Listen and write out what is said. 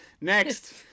Next